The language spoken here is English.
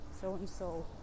so-and-so